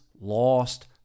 lost